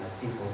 people